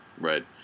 Right